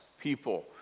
people